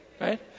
Right